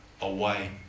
away